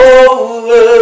over